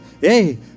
hey